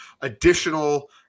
additional